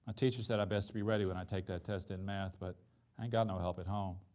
ah teacher said i'd best be ready when i take that test in math, but i ain't got no help at home.